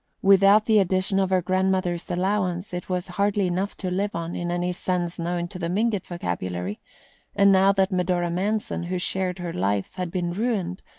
without the addition of her grandmother's allowance it was hardly enough to live on, in any sense known to the mingott vocabulary and now that medora manson, who shared her life, had been ruined,